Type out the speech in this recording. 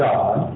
God